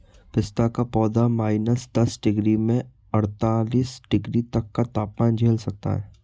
पिस्ता का पौधा माइनस दस डिग्री से अड़तालीस डिग्री तक का तापमान झेल सकता है